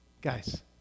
Guys